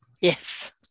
Yes